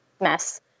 mess